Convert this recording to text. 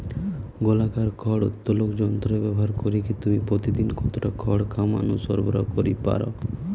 গোলাকার খড় উত্তোলক যন্ত্র ব্যবহার করিকি তুমি প্রতিদিন কতটা খড় খামার নু সরবরাহ করি পার?